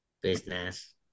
Business